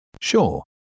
Sure